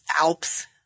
Alps